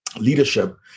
leadership